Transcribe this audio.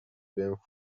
بهم